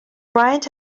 bryant